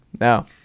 No